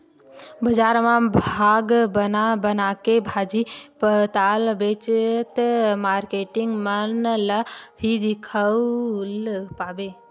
बजार म भाग बना बनाके भाजी पाला बेचत मारकेटिंग मन ल ही दिखउल पाबे